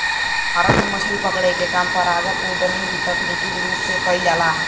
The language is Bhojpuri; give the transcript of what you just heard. भारत में मछरी पकड़े के काम परंपरागत अउरी तकनीकी दूनो रूप से कईल जाला